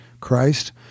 Christ